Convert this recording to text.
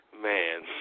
Man